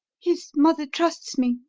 his mother trusts me.